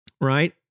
right